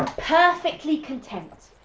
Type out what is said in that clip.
perfectly content,